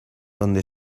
donde